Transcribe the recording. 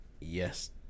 Yes